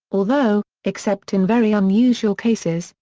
although, except in very unusual cases,